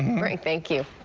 right thank you.